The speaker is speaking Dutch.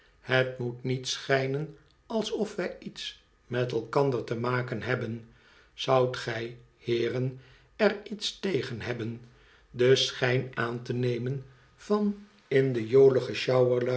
het moet niet schijnen alsof wij iets met elkander te maken hebben zoudt gij heeren er iets tegen hebben den schijn aan te nemen van in de